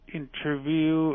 interview